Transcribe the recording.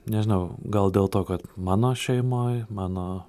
nežinau gal dėl to kad mano šeimoj mano